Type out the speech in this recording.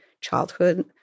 childhood